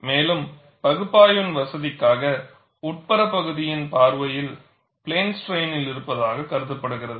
மேலும் பகுப்பாய்வின் வசதிக்காக உட்புறப் பகுதியின் பார்வையில் பிளேன் ஸ்ட்ரையினில் இருப்பதாக கருதப்படுகிறது